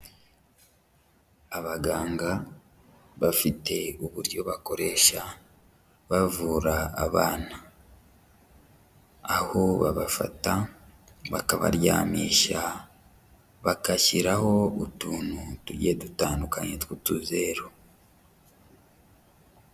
Abaganga bafite uburyo bakoresha bavura abana, aho babafata bakabaryamisha bagashyiraho utuntu tugiye dutandukanye tw'utuzero.